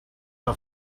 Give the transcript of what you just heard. but